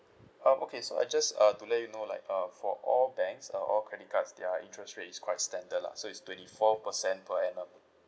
um okay so I just uh to let you know like uh for all banks uh all credit cards their interest rate is quite standard lah so it's twenty four percent per annum